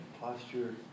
posture